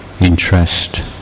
interest